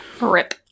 RIP